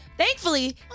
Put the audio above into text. Thankfully